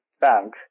bank